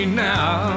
now